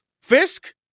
Fisk